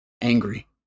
Angry